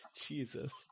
Jesus